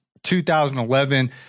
2011